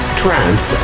trance